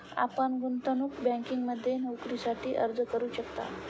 आपण गुंतवणूक बँकिंगमध्ये नोकरीसाठी अर्ज करू शकता